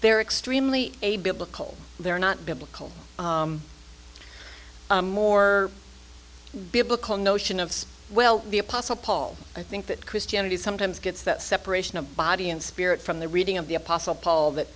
they're extremely a biblical they're not biblical more biblical notion of well the apostle paul i think that christianity sometimes gets that separation of body and spirit from the reading of the apostle paul that